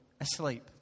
asleep